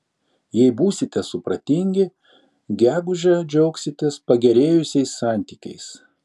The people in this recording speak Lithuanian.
jei būsite supratingi gegužę džiaugsitės pagerėjusiais santykiais